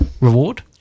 reward